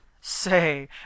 Say